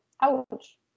ouch